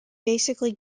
basically